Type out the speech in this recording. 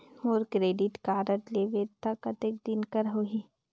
मोर credit card के वैधता कतेक दिन कर होही?